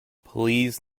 please